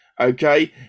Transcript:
okay